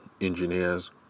engineers